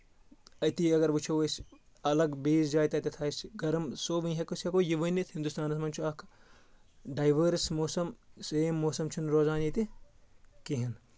أتی اَگَر وٕچھو أسۍ الگ بیٚیِس جایہِ تَتؠتھ آسہِ گرم سُہ وٕنۍ ہؠکو أسۍ ہؠکو یہِ ؤنِتھ ہِندوستانَس منٛز چھُ اکھ ڈایؤرس موسَم سیم موسَم چھُنہٕ روزان ییٚتہِ کِہیٖنۍ نہٕ